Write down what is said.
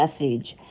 message